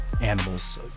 animals